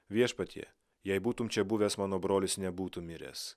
viešpatie jei būtum čia buvęs mano brolis nebūtų miręs